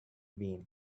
been